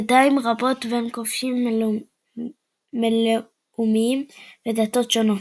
ידיים רבות בין כובשים מלאומים ודתות שונות.